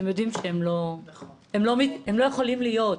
לא יכולים להיות.